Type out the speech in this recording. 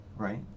Right